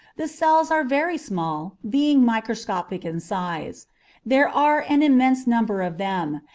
the cells are very small, being microscopic in size there are an immense number of them,